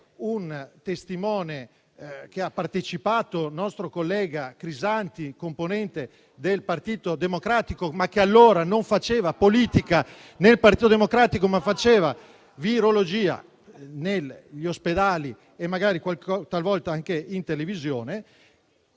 un testimone che ha partecipato, il nostro collega Crisanti, componente del Partito Democratico, che all'epoca non faceva politica nel Partito Democratico, ma si occupava di virologia negli ospedali e magari talvolta anche in televisione.